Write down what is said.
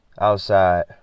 outside